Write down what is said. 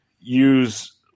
use